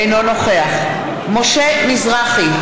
אינו נוכח משה מזרחי,